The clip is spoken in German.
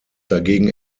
dagegen